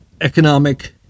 economic